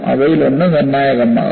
അവയിലൊന്ന് നിർണായകമാകാം